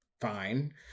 fine